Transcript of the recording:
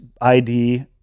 ID